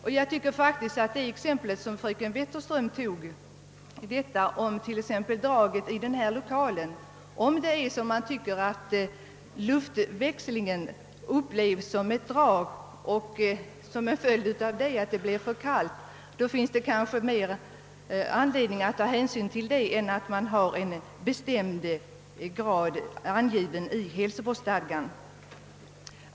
Om man, som fröken Wetterström tycks göra, upplever luftväxlingen i denna lokal som ett drag och tycker att det därför blir för kallt, visar det att man har anledning att ta mera hänsyn till sådana faktorer än ange en bestämd grad i hälsovårdsstadgan.